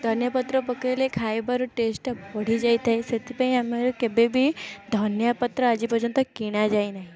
ଧନିଆପତ୍ର ପକେଇଲେ ଖାଇବାର ଟେଷ୍ଟ୍ଟା ବଢ଼ିଯାଇଥାଏ ସେଥିପାଇଁ ଆମର କେବେବି ଧନିଆପତ୍ର ଆଜି ପର୍ଯ୍ୟନ୍ତ କିଣା ଯାଇ ନାହିଁ